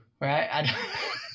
right